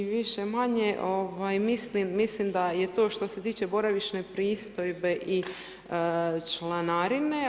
I više-manje mislim da je to što se tiče boravišne pristojbe i članarine.